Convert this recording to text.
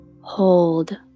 hold